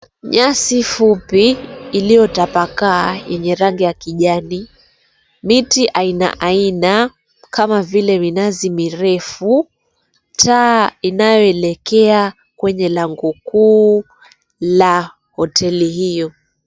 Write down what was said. Nyasi fupi iliyotapakaa yenye rangi ya kijani. Miti aina aina kama vile minazi mirefu, taa inayoelekea kwenye lango kuu la hoteli hiyo.